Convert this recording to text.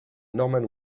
norman